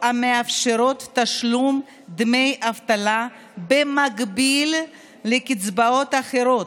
המאפשרות תשלום דמי אבטלה במקביל לקצבאות אחרות,